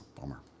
Bummer